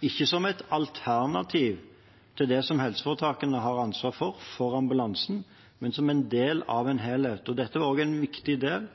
ikke som et alternativ til det helseforetakene har ansvar for, for ambulansen, men som en del av en helhet. Dette var også en viktig del